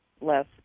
Less